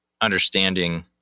understanding